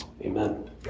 Amen